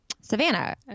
Savannah